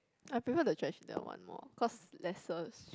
I prefer the that one more cause lesser s~